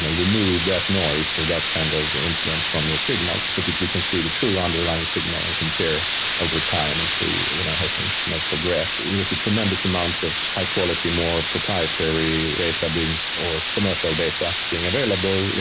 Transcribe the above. ah remove that noise so that kind of influence from your signal, so that you can see the true underlying signal and compare over time and see you know how things you know progress. there's a tremendous amount of high-quality, more proprietary data being, or commercial data being available,